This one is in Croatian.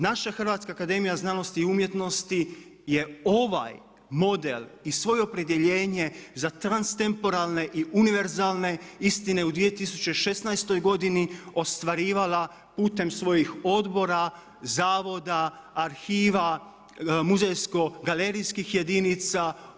Naša Hrvatska akademija znanosti i umjetnosti je ovaj model i svoje opredjeljenje za transtemporalne i univerzalne istine u 2016. godini ostvarivala putem svojih odbora, zavoda, arhiva, muzejsko-galerijskih jedinica.